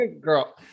girl